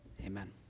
amen